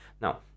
Now